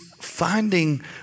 finding